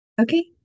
Okay